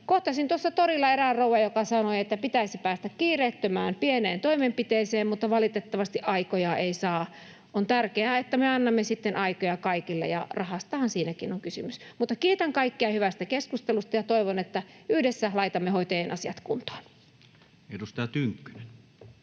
Kohtasin torilla erään rouvan, joka sanoi, että pitäisi päästä kiireettömään pieneen toimenpiteeseen, mutta valitettavasti aikoja ei saa. On tärkeää, että me annamme sitten aikoja kaikille, ja rahastahan siinäkin on kysymys. Mutta kiitän kaikkia hyvästä keskustelusta ja toivon, että yhdessä laitamme hoitajien asiat kuntoon. [Speech